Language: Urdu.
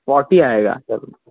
شاٹ ہی آئے گا سر